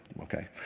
okay